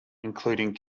including